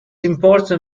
important